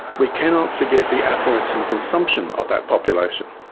we cannot forget the affluence and consumption of that population,